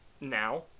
now